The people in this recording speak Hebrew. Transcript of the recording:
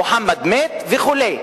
מוחמד מת וכו'.